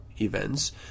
events